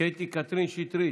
קטי קטרין שטרית,